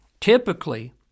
Typically